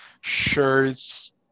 shirts